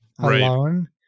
alone